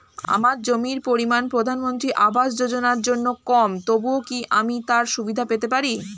আমার জমির পরিমাণ প্রধানমন্ত্রী আবাস যোজনার জন্য কম তবুও কি আমি তার সুবিধা পেতে পারি?